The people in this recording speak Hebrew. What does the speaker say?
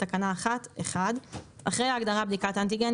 בתקנה 1 אחרי ההגדרה "בדיקת אנטיגן",